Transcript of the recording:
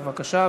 בבקשה,